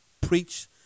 preach